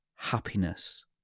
happiness